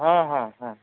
ହଁ ହଁ ହଁ